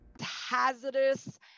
Hazardous